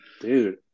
Dude